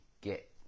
get